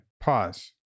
pause